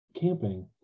camping